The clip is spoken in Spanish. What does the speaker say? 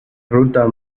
ruta